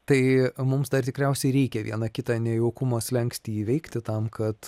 tai mums dar tikriausiai reikia vieną kitą nejaukumo slenkstį įveikti tam kad